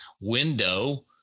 window